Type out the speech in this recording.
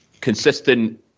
consistent